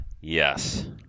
Yes